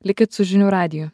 likit su žinių radiju